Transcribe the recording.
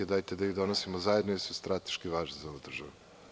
Dajte da ih donosimo zajedno jer su one strateški važne za ovu državu.